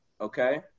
okay